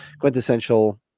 quintessential